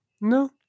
No